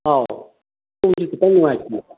ꯑꯧ ꯊꯣꯡꯁꯨ ꯈꯤꯇꯪ ꯅꯨꯡꯉꯥꯏꯇꯦꯕ